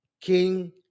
King